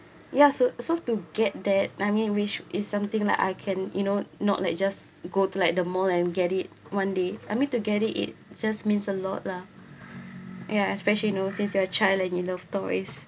ya so so to get that I mean which is something like I can you know not like just go to like the mall and get it one day I mean to get it it just means a lot lah yeah especially you know since your child and your love toys